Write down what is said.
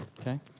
okay